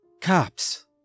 Cops